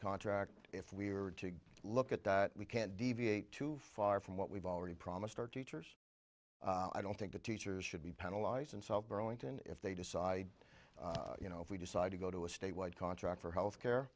contract if we were to look at that we can't deviate too far from what we've already promised our teachers i don't think the teachers should be penalized and solve burlington if they decide you know if we decide to go to a state wide contract for health